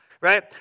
right